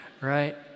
right